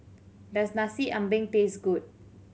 does Nasi Ambeng taste good